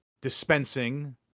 dispensing